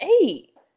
eight